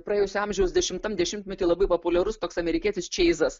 praėjusio amžiaus dešimtam dešimtmety labai populiarus toks amerikietis čeizas